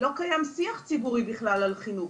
לא קיים שיח ציבורי בכלל על חינוך.